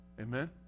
Amen